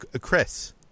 Chris